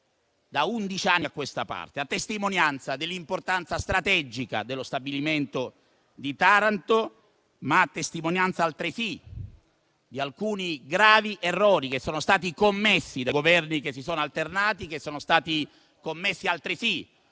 da undici anni a questa parte, a testimonianza dell'importanza strategica dello stabilimento di Taranto, ma a testimonianza, altresì, di alcuni gravi errori che sono stati commessi dai Governi che si sono alternati ed altresì